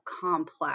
complex